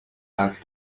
half